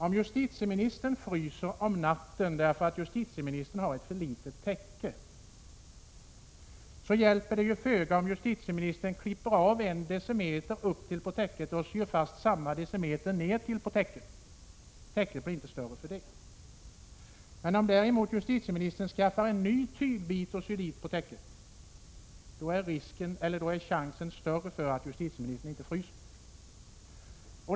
Om justitieministern fryser om natten därför att justitieministern har ett för litet täcke hjälper det föga om justitieministern klipper av en decimeter upptill på täcket och syr fast samma decimeter nertill på täcket. Täcket blir inte större av det. Men om justitieministern däremot skaffar en ny tygbit och syr fast på täcket är chansen större för att justitieministern inte skall frysa.